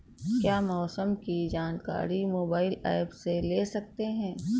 क्या मौसम की जानकारी मोबाइल ऐप से ले सकते हैं?